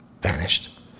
vanished